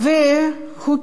הוא קיצץ,